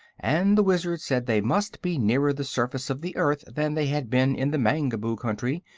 and the wizard said they must be nearer the surface of the earth than they had been in the mangaboo country,